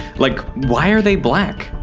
like, why are they black?